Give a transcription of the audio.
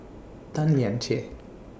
Tan Lian Chye